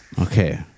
Okay